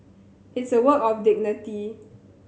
it's a work of dignity